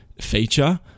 feature